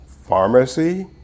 Pharmacy